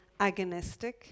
agonistic